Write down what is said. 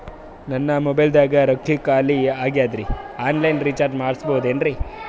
ನನ್ನ ಮೊಬೈಲದಾಗ ರೊಕ್ಕ ಖಾಲಿ ಆಗ್ಯದ್ರಿ ಆನ್ ಲೈನ್ ರೀಚಾರ್ಜ್ ಮಾಡಸ್ಬೋದ್ರಿ?